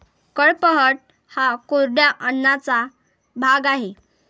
कडपह्नट हा कोरड्या अन्नाचा भाग आहे